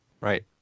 right